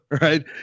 Right